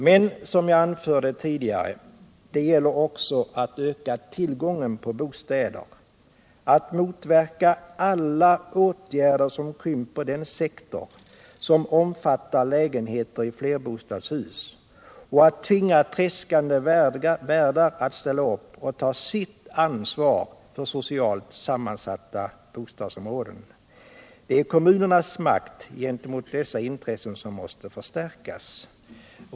Men det gäller också, som jug anförde tidigare, att öka tillgången på bostäder, att motverka alla åtgärder som krymper den sektor som omfattar lägenheter i flerbostadshus och att tvinga tredskande värdar att ställa upp och ta sitt ansvar för socialt sammansatta bostadsområden. Kommunernas makt gentemot dessa intressen måste förstärkas.